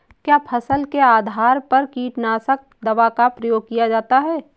क्या फसल के आधार पर कीटनाशक दवा का प्रयोग किया जाता है?